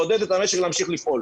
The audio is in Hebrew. לעודד את המשק להמשיך לפעול.